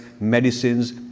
medicines